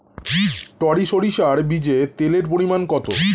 টরি সরিষার বীজে তেলের পরিমাণ কত?